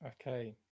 Okay